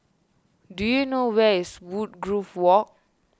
do you know where is Woodgrove Walk